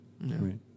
Right